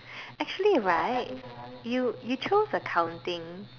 actually right you you chose accounting